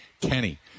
Kenny